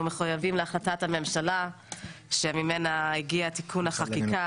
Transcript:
מחויבים להחלטת הממשלה שממנה הגיע תיקון החקיקה,